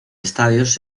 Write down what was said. estadios